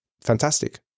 fantastic